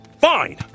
Fine